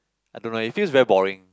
I don't know it feels very boring